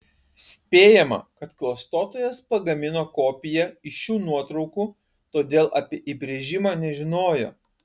spėjama kad klastotojas pagamino kopiją iš šių nuotraukų todėl apie įbrėžimą nežinojo